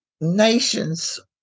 nations